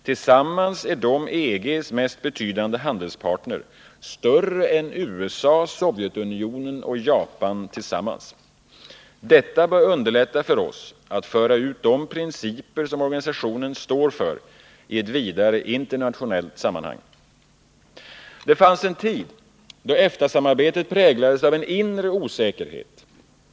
Tillsammans är de EG:s mest betydande handelspartner, större än USA, Sovjetunionen och Japan tillsammans. Detta bör underlätta för oss att föra ut de principer som organisationen står för i ett vidare internationellt sammanhang. Det fanns en tid då EFTA-samarbetet präglades av en inre osäkerhet.